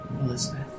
Elizabeth